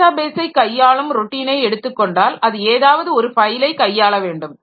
டேட்டாபேஸை கையாளும் ராெட்டினை எடுத்துக்கொண்டால் அது ஏதாவது ஒரு ஃபைலை கையாள வேண்டும்